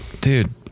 dude